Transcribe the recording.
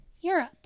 Europe